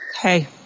Hey